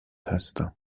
هستم